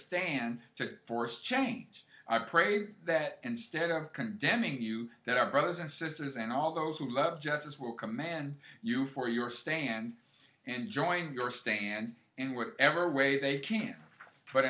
stand to force change i pray that instead of condemning you that our brothers and sisters and all those who love justice will command you for your stand and join your stand in whatever way they can but